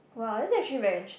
!wow! that's actually very interes~